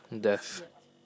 death